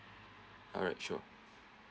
alright sure